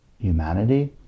humanity